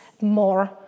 more